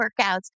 workouts